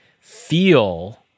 feel